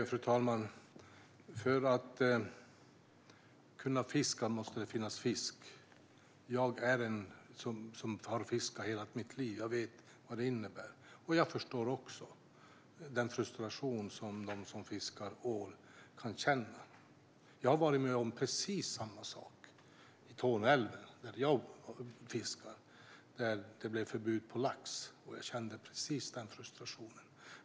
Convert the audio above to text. Fru talman! För att kunna fiska måste det finnas fisk. Jag har fiskat hela mitt liv. Jag vet vad det innebär, och jag förstår också den frustration som de som fiskar ål kan känna. Jag var med om precis samma sak i Torne älv när jag fiskade. Det blev förbud mot laxfiske. Jag kände precis den frustrationen.